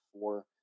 four